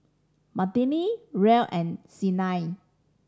Madilynn Rhea and Sienna